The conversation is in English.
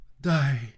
Die